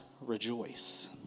rejoice